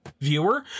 viewer